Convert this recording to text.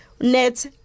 net